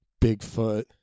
Bigfoot